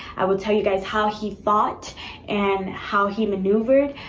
i will tell you guys how he thought and how he maneuvered.